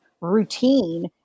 routine